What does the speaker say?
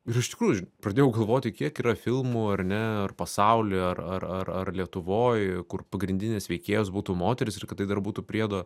ir iš tikrųjų pradėjau galvoti kiek yra filmų ar ne ar pasauly ar ar ar lietuvoj kur pagrindinės veikėjos būtų moterys ir kad tai dar būtų priedo